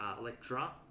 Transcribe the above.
Electra